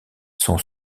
son